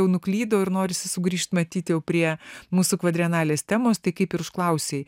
jau nuklydau ir norisi sugrįžt matyt jau prie mūsų kvadrenalės temos tai kaip ir užklausei